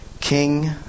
King